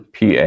PA